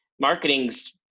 marketing's